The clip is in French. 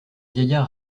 vieillard